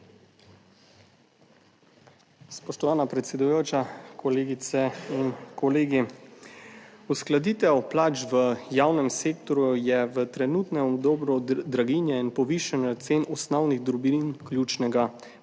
Spoštovana predsedujoča, kolegice in kolegi! Uskladitev plač v javnem sektorju je v trenutnem obdobju draginje in povišanja cen osnovnih dobrin ključnega